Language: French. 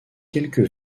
quelques